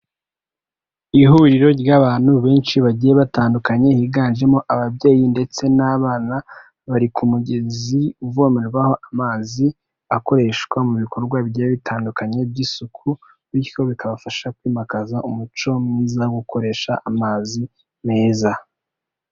Ihuriro ry'abantu benshi bagiye batandukanye higanjemo ababyeyi ndetse n'abana, bari ku mugezi uvomerwaho amazi akoreshwa mu bikorwa bigiye bitandukanye by'isuku, bityo bikabafasha kwimakaza umuco mwiza wo gukoresha amazi meza.